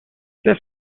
this